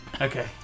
okay